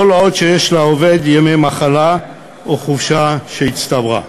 כל עוד יש לעובד ימי מחלה או חופשה שהצטברו.